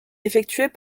effectuées